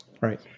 Right